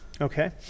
Okay